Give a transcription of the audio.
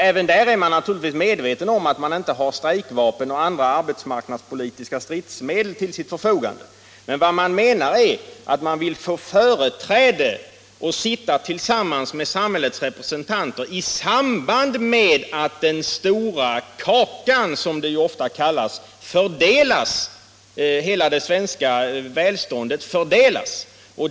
Även där är man naturligtvis medveten om att man inte har strejkvapen och andra arbetsmarknadspolitiska stridsmedel till sitt förfogande, men vad man vill är att få företräde och sitta tillsammans med samhällets representanter i samband med att hela det svenska välståndet — den stora kakan, som det ofta kallas — fördelas.